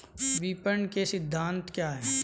विपणन के सिद्धांत क्या हैं?